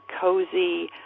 cozy